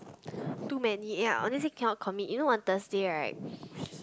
too many ya honestly cannot commit you know on Thursday right